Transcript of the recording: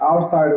outside